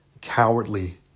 cowardly